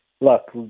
look